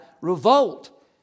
revolt